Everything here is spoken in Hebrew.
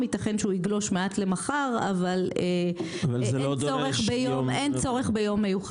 יתכן שהוא יגלוש מעט למחר אבל אין צורך ביום מיוחד.